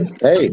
hey